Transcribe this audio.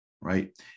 right